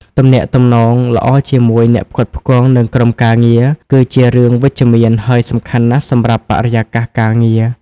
ទំនាក់ទំនងល្អជាមួយ អ្នកផ្គត់ផ្គង់ និងក្រុមការងារ គឺជារឿងវិជ្ជមានហើយសំខាន់ណាស់សម្រាប់បរិយាកាសការងារ។